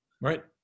right